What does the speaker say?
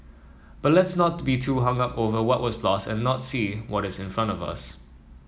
but let's not be too hung up over what was lost and not see what is in front of us